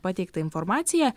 pateiktą informaciją